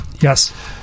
Yes